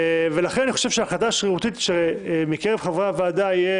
לכן אני חושב שהחלטה שמקרב חברי הוועדה יהיה